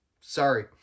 sorry